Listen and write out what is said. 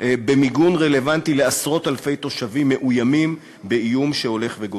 במיגון רלוונטי לעשרות-אלפי תושבים מאוימים באיום שהולך וגובר.